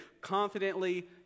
confidently